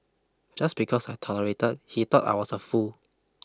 just because I tolerated he thought I was a fool